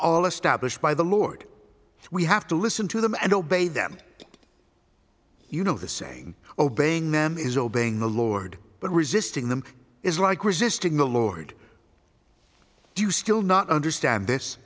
all established by the lord we have to listen to them and obey them you know the saying obeying them is obeying the lord but resisting them is like resisting the lord do you still not understand this